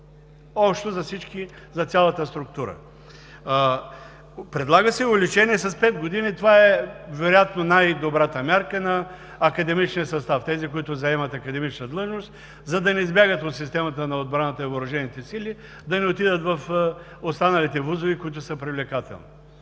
62 години общо за цялата структура. Предлага се увеличение с пет години. Това вероятно е най-добрата мярка на академичния състав – тези, които заемат академична длъжност, за да не избягат от системата на отбраната и въоръжените сили, да не отидат в останалите вузове, които са привлекателни.